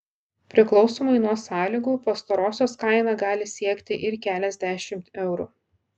priklausomai nuo sąlygų pastarosios kaina gali siekti ir keliasdešimt eurų